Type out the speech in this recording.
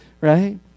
right